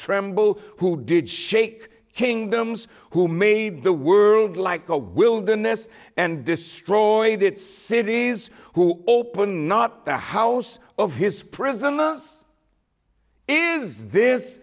tremble who did shake kingdoms who made the world like a wilderness and destroyed its cities who open not the house of his prison